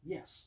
Yes